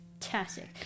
fantastic